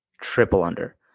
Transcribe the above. triple-under